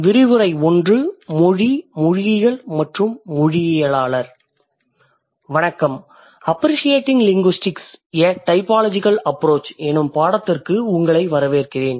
வணக்கம் appreciating linguistics a typological approach எனும் பாடத்திற்கு உங்களை வரவேற்கிறேன்